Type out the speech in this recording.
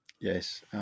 Yes